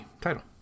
title